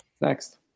Next